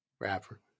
Rapper